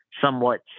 somewhat